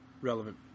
relevant